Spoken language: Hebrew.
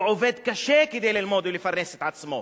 הוא עובד קשה כדי ללמוד ולפרנס את עצמו.